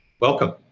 Welcome